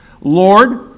Lord